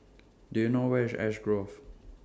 Do YOU know Where IS Ash Grove